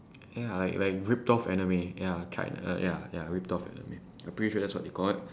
ya like like ripped off anime ya china ya ya ripped off anime I'm pretty sure that's what they call it